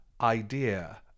idea